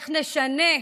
איך נשנה,